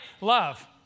Love